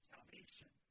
Salvation